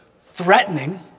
Threatening